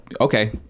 okay